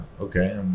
Okay